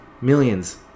Millions